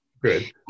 good